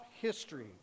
history